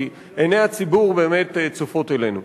כי עיני הציבור באמת צופות אלינו.